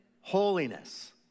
holiness